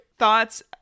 thoughts